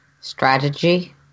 strategy